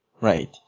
Right